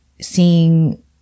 seeing